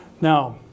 Now